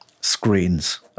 screens